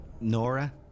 Nora